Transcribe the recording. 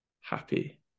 happy